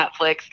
Netflix